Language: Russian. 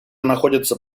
находится